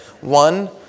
One